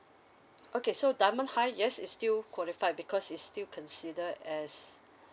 okay so diamond high yes it's still qualify because is still consider as